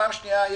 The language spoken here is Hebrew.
פעם שנייה,